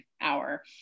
hour